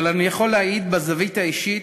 אבל אני יכול להעיד מזווית אישית,